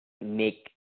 make